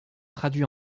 traduits